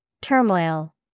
Turmoil